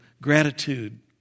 gratitude